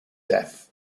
death